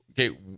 Okay